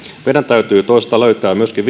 meidän täytyy toisaalta löytää myöskin